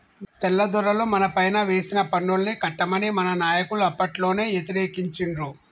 తెల్లదొరలు మనపైన వేసిన పన్నుల్ని కట్టమని మన నాయకులు అప్పట్లోనే యతిరేకించిండ్రు